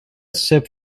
sip